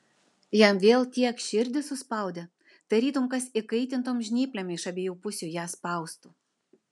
jam vėl tiek širdį suspaudė tarytum kas įkaitintom žnyplėm iš abiejų pusių ją spaustų